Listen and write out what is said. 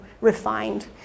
refined